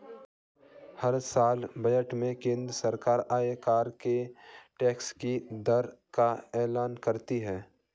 हर साल बजट में केंद्र सरकार आयकर के टैक्स की दर का एलान करती है